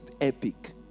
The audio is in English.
epic